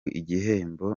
igihembo